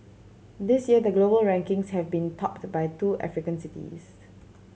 this year the global rankings have been topped by two African cities